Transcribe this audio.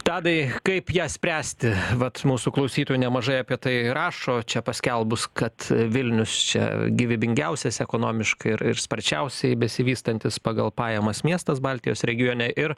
tadai kaip ją spręsti vat mūsų klausytojų nemažai apie tai rašo čia paskelbus kad vilnius čia gyvybingiausias ekonomiškai ir ir sparčiausiai besivystantis pagal pajamas miestas baltijos regione ir